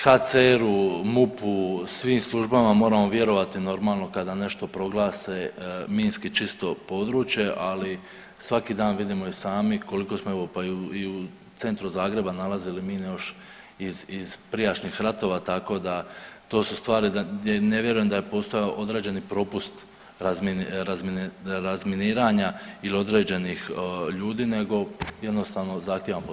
HCR-u, MUP-u, svim službama moramo vjerovati normalno kada nešto proglase minski čisto područje, ali svaki dan vidimo i sami koliko smo evo, pa i u, i u centru Zagreba nalazili mine još iz, iz prijašnjih ratova, tako da to su stvari gdje ne vjerujem da je postojao određeni propust razminiranja ili određenih ljudi nego jednostavno zahtjevan posao.